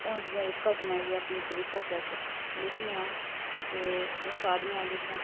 होंदियां होई घटना गी अस अपनी कविता च अस लिखने आं ते ओह् सारियां जेह्कियां